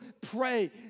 pray